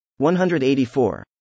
184